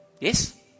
Yes